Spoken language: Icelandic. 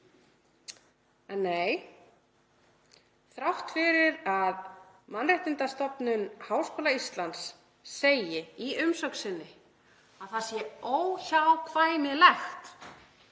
En nei, þrátt fyrir að Mannréttindastofnun Háskóla Íslands segi í umsögn sinni að það sé óhjákvæmilegt